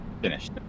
Finished